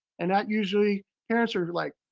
and that usually, parents are like,